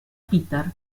peter